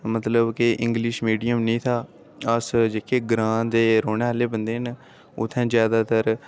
मतलब की English medium नेईं था अस जेह्के ग्रांऽ दे रौंह्ने आह्ले बंदे हे उत्थै जादातर